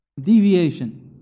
deviation